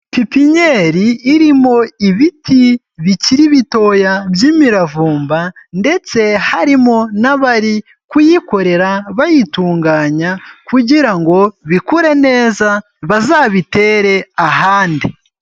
Pipinyeri irimo ibiti bikiri bitoya by'imiravumba ndetse harimo n'abari kuyikorera, bayitunganya kugira ngo bikure neza bazabitere ahandi.